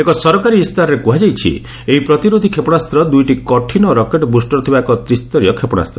ଏକ ସରକାରୀ ଇସ୍ତାହାରରେ କୃହାଯାଇଚି ଏହି ପ୍ରତିରୋଧୀ କ୍ଷେପଶାସ୍ତ ଦୂଇଟି କଠିନ ରକେଟ ବୃଷ୍ଟର ଥିବା ଏକ ତ୍ରିସ୍ତରୀୟ କ୍ଷେପଣାସ୍ତ